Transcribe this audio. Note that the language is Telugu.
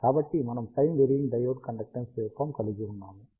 కాబట్టి మనము time varying diode conductance wave form కలిగి ఉన్నాము అది